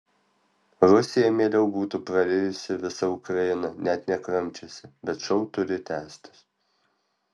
rusija mieliau būtų prarijusi visą ukrainą net nekramčiusi bet šou turi tęstis